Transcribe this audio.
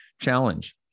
challenge